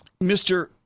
Mr